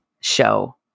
show